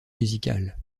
musicales